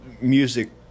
music